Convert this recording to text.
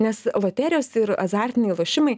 nes loterijos ir azartiniai lošimai